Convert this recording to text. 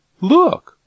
Look